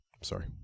Sorry